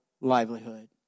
livelihood